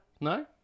No